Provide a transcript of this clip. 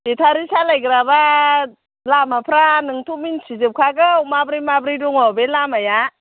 बेटारि सालायग्राबा लामाफ्रा नोंथ' मोनथिजोबखागौ माब्रै माब्रै दङ बे लामाया